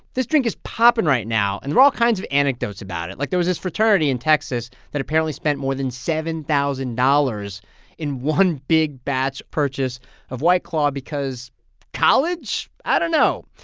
this drink is popping right now, and there are all kinds of anecdotes about it. like, there was this fraternity in texas that apparently spent more than seven thousand dollars in one big batch purchase of white claw because college. i don't know.